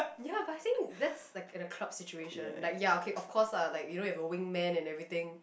ya but I think that's like in a club situation like ya okay of course ah you know you have a wingman and everything